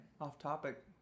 Off-topic